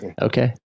Okay